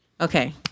Okay